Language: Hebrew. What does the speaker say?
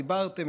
דיברתם,